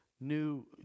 new